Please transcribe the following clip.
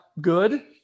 good